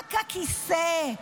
רק הכיסא,